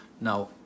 now